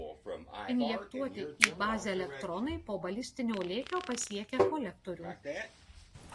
injektuoti į bazę elektronai po balistinio lėkio pasiekia kolektorių